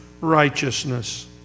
righteousness